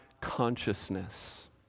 consciousness